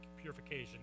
purification